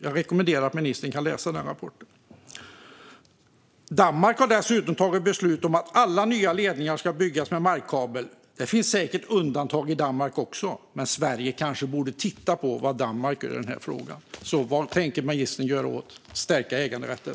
Jag rekommenderar ministern att läsa rapporten. Dessutom har Danmark tagit beslut om att alla nya ledningar ska byggas med markkabel. Det finns säkert undantag också i Danmark, men Sverige borde kanske titta på vad Danmark gör i frågan. Vad tänker ministern göra för att stärka äganderätten?